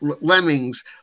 lemmings